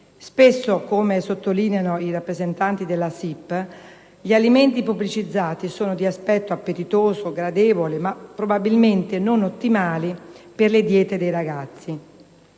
Spesso, come sottolineano i rappresentanti della SIP, gli alimenti pubblicizzati sono di aspetto appetitoso e gradevole ma probabilmente non ottimali per le diete dei ragazzi.